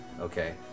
Okay